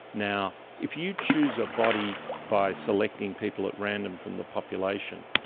now, if you choose a body by selecting people at random from the population,